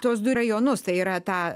tuos du rajonus tai yra tą